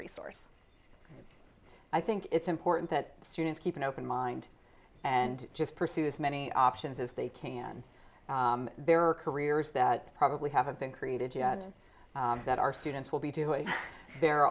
resource i think it's important that students keep an open mind and just pursue as many options as they can there are careers that probably haven't been created yet and that our students will be doing there